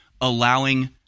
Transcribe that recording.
allowing